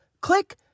Click